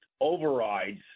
overrides